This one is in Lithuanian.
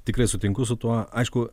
tikrai sutinku su tuo aišku